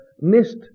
missed